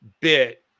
bit